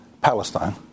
Palestine